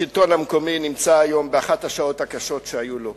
השלטון המקומי נמצא היום באחת השעות הקשות שהיו לו.